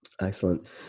Excellent